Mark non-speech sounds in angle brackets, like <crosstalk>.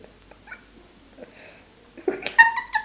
<laughs>